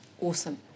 Awesome